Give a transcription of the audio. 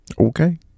Okay